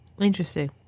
Interesting